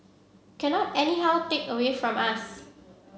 cannot anyhow take away from us